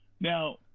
now